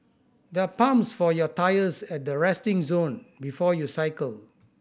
there are pumps for your tyres at the resting zone before you cycle